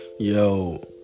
Yo